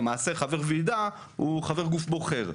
למעשה חבר ועידה הוא חבר גוף בוחר.